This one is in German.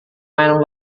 meinung